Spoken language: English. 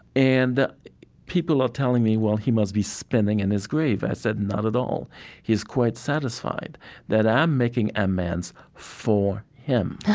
and people are telling me, well, he must be spinning in his grave i said, not at all he's quite satisfied that i'm making amends for him,